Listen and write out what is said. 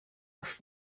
auf